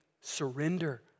Surrender